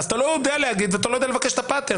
אז אתה לא יודע להגיד ואתה לא יודע לבקש את דפוס הפעולה.